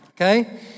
okay